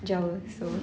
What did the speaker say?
jawa so